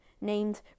named